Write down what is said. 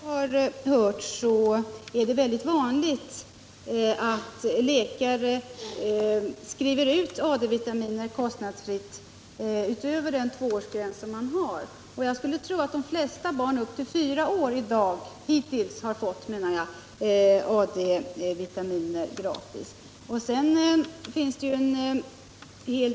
Herr talman! Efter vad jag har hört är det väldigt vanligt att läkare skriver ut AD-vitaminer kostnadsfritt efter den tvåårsgräns som vi har haft. Jag skulle tro att de flesta barn hittills har fått AD-vitaminer gratis upp till fyra års ålder.